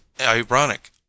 ironic